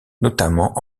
notamment